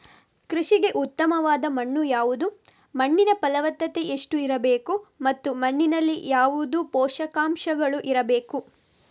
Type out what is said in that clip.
ಕೃಷಿಗೆ ಉತ್ತಮವಾದ ಮಣ್ಣು ಯಾವುದು, ಮಣ್ಣಿನ ಫಲವತ್ತತೆ ಎಷ್ಟು ಇರಬೇಕು ಮತ್ತು ಮಣ್ಣಿನಲ್ಲಿ ಯಾವುದು ಪೋಷಕಾಂಶಗಳು ಇರಬೇಕು?